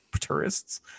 tourists